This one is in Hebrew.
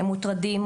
הם מוטרדים,